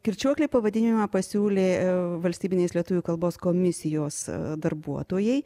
kirčiuoklė pavadinimą pasiūlė valstybinės lietuvių kalbos komisijos darbuotojai